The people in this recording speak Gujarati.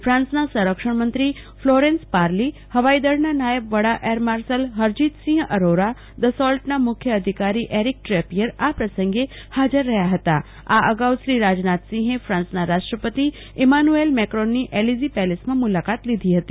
ફાન્સના સંરક્ષણ મંત્રી ફલોરેન્સ પાર્લી હવાઈદળના નાયબ વડા એરમાર્શલ હરજીતસિંહ અરોરા દસોલ્ટના મુખ્ય અધિકારી એરિક ટ્રેપિયર આ પ્રસંગે હાજર રહ્યા હતા આ અગાઉ શ્રી રાજનાથસિંહે ફ્રાન્સના રાષ્ટ્રપતિ ઈમાનુએલ મેક્રોનની એલીઝી પેલેસમાં મુલાકાત લીધી હતી